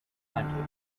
timetable